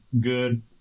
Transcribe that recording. good